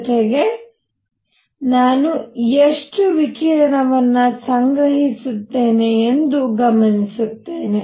ಜೊತೆಗೆ ನಾನು ಎಷ್ಟು ವಿಕಿರಣವನ್ನು ಸಂಗ್ರಹಿಸುತ್ತೇನೆ ಎಂದು ಗಮನಿಸುತ್ತೇವೆ